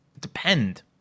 depend